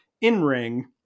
in-ring